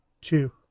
two